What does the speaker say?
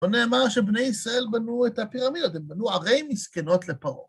בוא נאמר שבני ישראל בנו את הפירמידות, הם בנו ערי מסכנות לפרות.